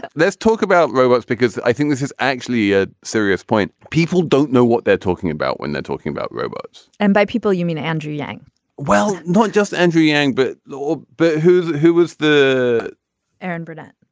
but let's talk about robots because i think this is actually a serious point. people don't know what they're talking about when they're talking about robots and by people you mean andrew yang well not just andrew yang but look but who's who was the erin burnett.